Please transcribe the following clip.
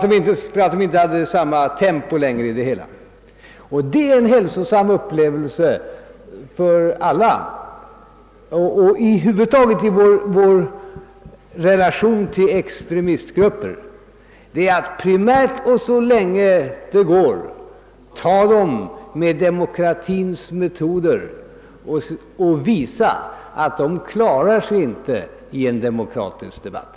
Då var det inte längre samma tempo över det hela. Detta var en hälsosam upplevelse för alla. I våra relationer till extremistgrupper bör vi primärt och så länge det går bemöta dem med demokratins metoder och visa att de inte klarar sig i en demokratisk debatt.